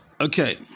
Okay